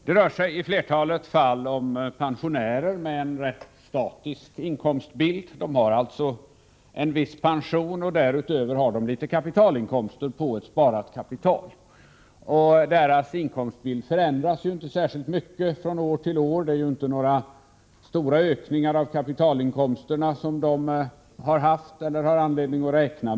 Det rör sig i flertalet fall om pensionärer med en ganska statisk inkomstbild — de har en viss pension, och därutöver har de litet kapitalinkomster på ett sparat kapital. Deras inkomstbild förändras inte särskilt mycket från år till år — de har inte haft, eller räknar inte med, några stora ökningar av kapitalinkomsterna.